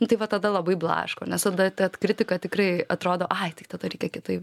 nu tai va tada labai blaško nes tada ta kritika tikrai atrodo ai tai tada reikia kitaip